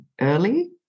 early